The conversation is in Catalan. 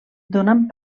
donant